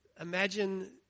imagine